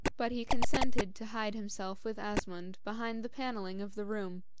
but he consented to hide himself with asmund behind the panelling of the room,